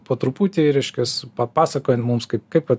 po truputį reiškias pa pasakojant mums kaip kaip vat